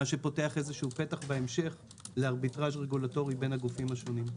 מה שפותח פתח בהמשך לארביטראז' רגולטורי בין הגופים השונים.